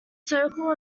circle